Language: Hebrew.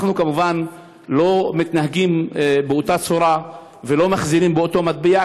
אנחנו כמובן לא מתנהגים באותה צורה ולא מחזירים באותו מטבע,